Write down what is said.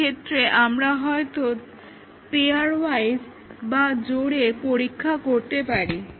সেক্ষেত্রে আমরা হয়তো পেয়ার ওয়াইজ বা জোড়ে পরীক্ষা করতে পারি